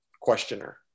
questioner